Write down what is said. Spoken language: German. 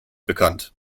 bekannt